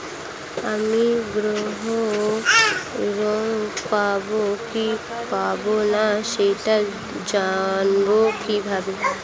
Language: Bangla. আমি গৃহ ঋণ পাবো কি পাবো না সেটা জানবো কিভাবে?